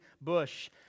bush